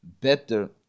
better